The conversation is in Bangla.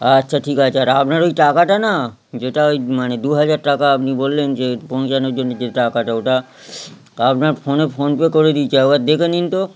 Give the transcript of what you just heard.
আচ্ছা ঠিক আছে আর আপনার ওই টাকাটা না যেটা ওই মানে দু হাজার টাকা আপনি বললেন যে কোন জনের জন্য যে টাকাটা তা আপনার ফোন ফোনপে করে দিয়েছি একবার দেখে নিন তো